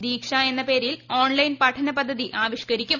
ദീക്ഷ എന്ന പേരിൽ ഓൺലൈൻ പഠന പദ്ധതി ആവിഷ്കരിക്കും